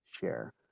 share